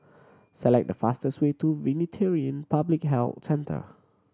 select the fastest way to Veterinary Public Health Centre